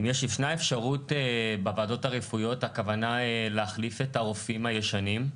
אם ישנה אפשרות בוועדות הרפואיות הכוונה להחליף את הרופאים הישנים,